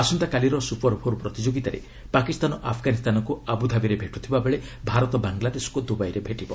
ଆସନ୍ତାକାଲିର ସୁପରଫୋର୍ ପ୍ରତିଯୋଗିତାରେ ପାକିସ୍ତାନ ଆଫ୍ଗାନିସ୍ତାନକୁ ଆବୁଧାବିରେ ଭେଟୁଥିବା ବେଳେ ଭାରତ ବାଙ୍ଗଲାଦେଶକୁ ଦୁବାଇରେ ଭେଟିବ